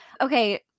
Okay